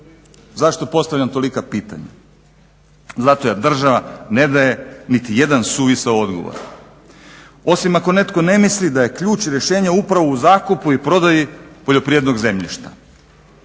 Zašto postavljam tolika pitanja? Zato jer država ne daje niti jedan suvisao odgovor. Osim ako netko ne misli da je ključ i rješenje upravo u zakupu i prodaji poljoprivrednog zemljišta.